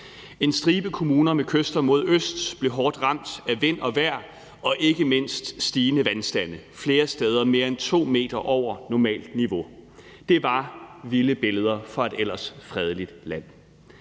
En stribe kommuner med kyster mod øst blev hårdt ramt af vind og vejr og ikke mindst stigende vandstande, flere steder mere end 2 m over normalt niveau. Det var vilde billeder fra et ellers fredeligt land.